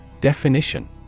Definition